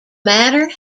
matter